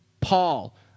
Paul